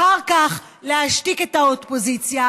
אחר כך להשתיק את האופוזיציה,